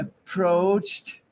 approached